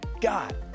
God